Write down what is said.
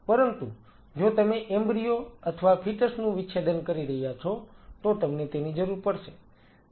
પરંતુ જો તમે એમ્બ્રીઓ અથવા ફીટસ નું વિચ્છેદન કરી રહ્યા છો તો તમને તેની જરૂર પડશે